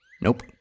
Nope